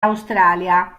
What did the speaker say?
australia